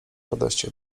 radości